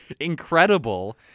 incredible